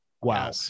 wow